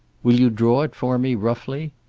will you draw it for me, roughly?